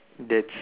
that's